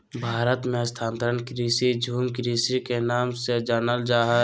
भारत मे स्थानांतरण कृषि, झूम कृषि के नाम से जानल जा हय